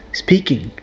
speaking